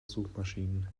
suchmaschinen